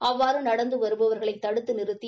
அவ்வாறு நடந்து வருபவாகளை தடுத்து நிறுத்தி